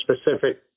specific